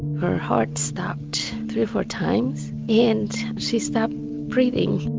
her heart stopped three or four times and she stopped breathing.